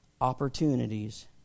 opportunities